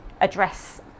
address